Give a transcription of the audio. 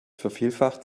vervielfacht